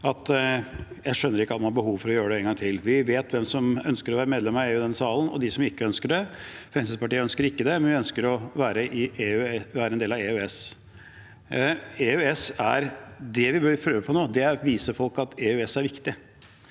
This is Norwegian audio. jeg skjønner ikke at man kan ha behov for å gjøre det en gang til. Vi vet hvem som ønsker å være medlem av EU i denne salen, og hvem som ikke ønsker det. Fremskrittspartiet ønsker ikke det; vi ønsker å være en del av EØS. Det vi bør prøve på nå, er å vise folk at EØS er viktig.